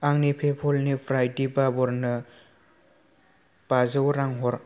आंनि पेपलनिफ्राय दिपा बर'नो बाजौ रां हर